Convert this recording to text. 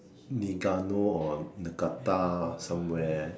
Nigano or Niigata somewhere